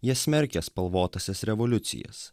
jie smerkia spalvotąsias revoliucijas